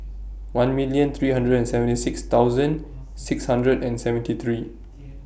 one million three hundred and seventy six thousand six hundred and seventy three